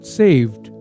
saved